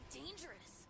dangerous